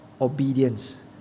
obedience